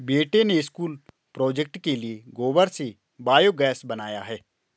बेटे ने school project के लिए गोबर से बायोगैस बनाया है